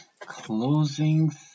Closing